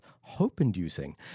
hope-inducing